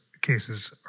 cases